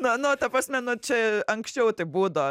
nu nu ta prasme nu čia anksčiau taip būdavo